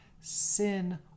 Sin